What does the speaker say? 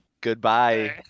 Goodbye